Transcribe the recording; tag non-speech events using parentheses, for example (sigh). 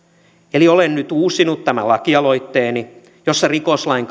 eli olen nyt uusinut tämän lakialoitteeni jossa rikoslain (unintelligible)